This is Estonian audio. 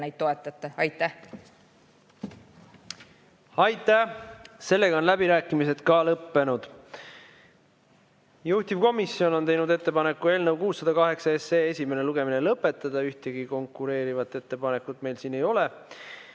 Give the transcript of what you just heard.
neid toetate. Aitäh! Sellega on läbirääkimised lõppenud. Juhtivkomisjon on teinud ettepaneku eelnõu 608 esimene lugemine lõpetada. Ühtegi konkureerivat ettepanekut meil siin ei ole.